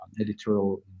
editorial